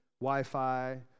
Wi-Fi